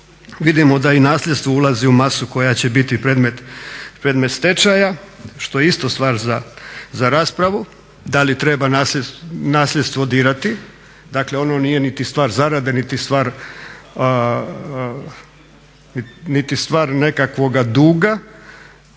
Vidimo da i nasljedstvo ulazi u masu koja će biti predmet stečaja što je isto stvar za raspravu. Da li treba nasljedstvo dirati? Dakle ono nije niti stvar zarade niti stvar nekakvoga duga.